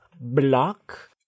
block